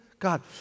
God